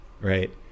right